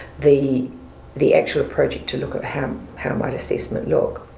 the the actual project to look at how how might assessment look?